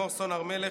לימור סון הר מלך,